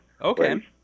Okay